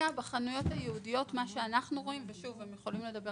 בחנויות הייעודיות אנחנו רואים